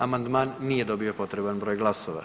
Amandman nije dobio potreban broj glasova.